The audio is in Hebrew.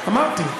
אמרתי.